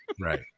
Right